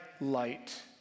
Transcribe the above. light